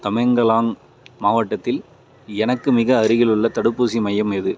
தமெங்கலாங் மாவட்டத்தில் எனக்கு மிக அருகிலுள்ள தடுப்பூசி மையம் எது